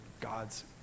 God's